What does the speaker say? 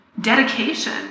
dedication